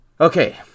Okay